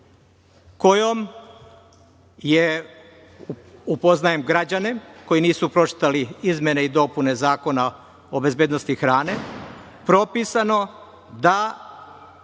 kojom je, upoznajem građane koji nisu pročitali izmene i dopune Zakona o bezbednosti hrane, propisano da